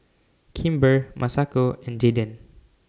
Kimber Masako and Jaeden